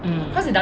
mm